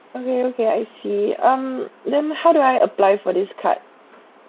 okay okay I see um let me how do I apply for this card